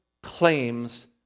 claims